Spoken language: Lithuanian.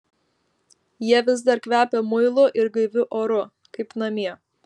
jie vis dar kvepia muilu ir gaiviu oru kaip namie